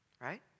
right